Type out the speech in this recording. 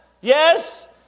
yes